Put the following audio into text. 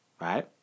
Right